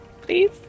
Please